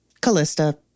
Callista